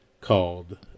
called